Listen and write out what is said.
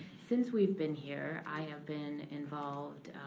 since we've been here i have been involved